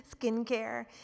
skincare